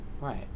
Right